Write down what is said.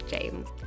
james